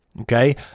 Okay